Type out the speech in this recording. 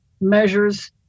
measures